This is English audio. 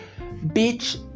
Bitch